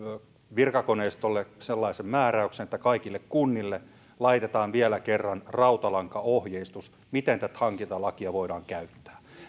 virkakoneistollemme sellaisen määräyksen että kaikille kunnille laitetaan vielä kerran rautalankaohjeistus miten tätä hankintalakia voidaan käyttää